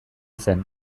zen